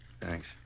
Thanks